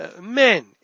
men